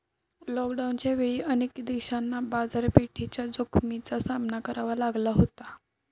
लॉकडाऊनच्या वेळी अनेक देशांना बाजारपेठेच्या जोखमीचा सामना करावा लागला होता